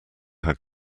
had